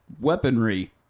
weaponry